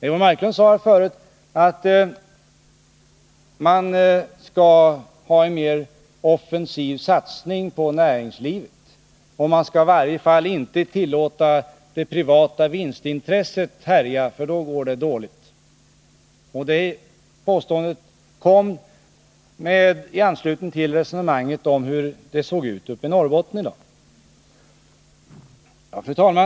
Eivor Marklund sade förut att man skall göra en mer offensiv satsning på näringslivet. Man skulle i varje fall inte tillåta det privata vinstintresset att härja, för om man gör det går det galet. Det påståendet gjordes i anslutning till resonemanget om hur det såg ut uppe i Norrbotten i dag. Fru talman!